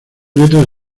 letra